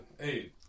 hey